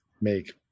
make